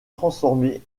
transformer